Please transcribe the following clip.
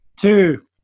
Two